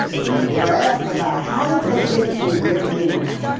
and when they're asked about how did they get to where they were